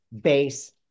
base